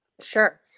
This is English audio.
Sure